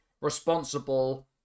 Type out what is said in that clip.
responsible